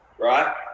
right